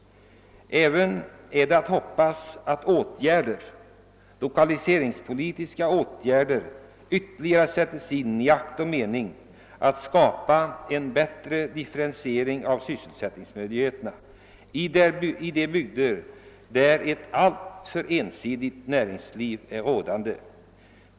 Det är att hoppas att ytterligare lokaliseringspolitiska åtgärder sätts in i akt och mening att skapa en bättre differentiering av sysselsättningsmöjligheterna i de bygder som har ett alltför ensidigt näringsliv.